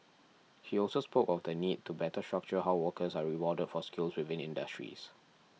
he also spoke of the need to better structure how workers are rewarded for skills within industries